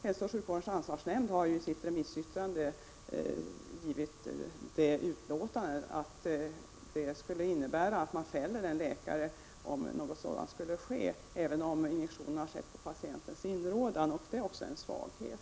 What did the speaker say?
Hälsooch sjukvårdens ansvarsnämnd har ju i sitt remissyttrande avgivit det utlåtandet att det skulle innebära att man fäller en läkare, om något sådant skulle ske, även om injektionen har gjorts på patientens inrådan. Det är också en svaghet.